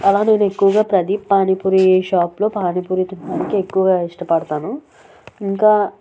అవును నేను ఎక్కువగా ప్రదీప్ పానిపురి షాప్లో పానీపూరి ఎక్కువగా ఇష్టపడతాను ఇంకా